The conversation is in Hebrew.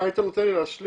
אם היית נותן לי להשלים